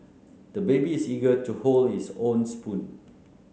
the baby is eager to hold his own spoon